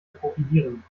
profilieren